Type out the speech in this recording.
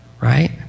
right